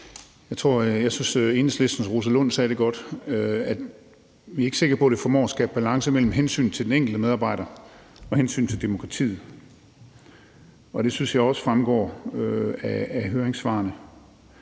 til at vi ikke er sikre på, at det formår at skabe balance mellem hensynet til den enkelte medarbejder og hensynet til demokratiet, og det synes jeg også fremgår af høringssvarene.